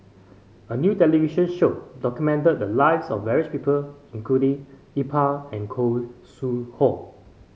a new television show documented the lives of various people including Iqbal and Khoo Sui Hoe